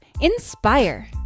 inspire